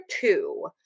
two